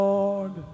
Lord